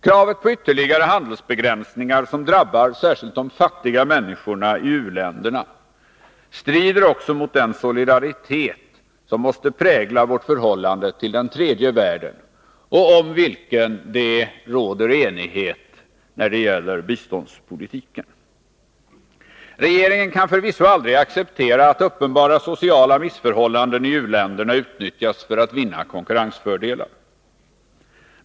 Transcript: Krav på ytterligare handelsbegränsningar som drabbar särskilt de fattiga människorna i u-länderna strider också mot den solidaritet som måste prägla vårt förhållande till den tredje världen och om vilken det råder enighet när det gäller biståndspolitiken. Regeringen kan förvisso aldrig acceptera att uppenbara sociala missförhållanden i u-länderna utnyttjas för att vinna konkurrensfördelar.